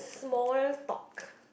small talk